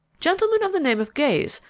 gentleman of the name of gayes,